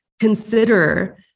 consider